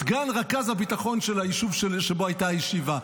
סגן רכז הביטחון של היישוב שבו הייתה הישיבה.